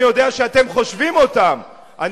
אני יודע שאתם חושבים אותם,